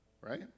right